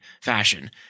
fashion